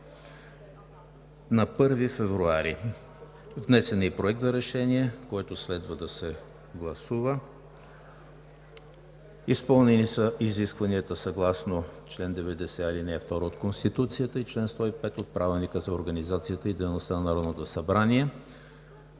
на 1 февруари 2019 г. Внесен е Проект на решение, който следва да се гласува. Изпълнени са изискванията съгласно чл. 90, ал. 2 от Конституцията и чл. 105 от Правилника за организацията и